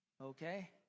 Okay